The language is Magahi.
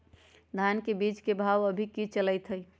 धान के बीज के भाव अभी की चलतई हई?